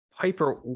Piper